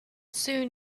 soon